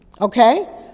Okay